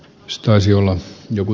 se taisi olla joku